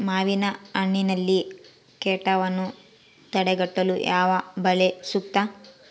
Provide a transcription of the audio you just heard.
ಮಾವಿನಹಣ್ಣಿನಲ್ಲಿ ಕೇಟವನ್ನು ತಡೆಗಟ್ಟಲು ಯಾವ ಬಲೆ ಸೂಕ್ತ?